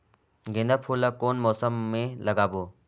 गेंदा फूल ल कौन मौसम मे लगाबो?